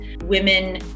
women